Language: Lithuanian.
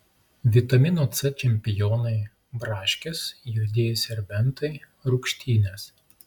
vitamino c čempionai braškės juodieji serbentai rūgštynės